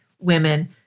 women